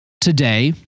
today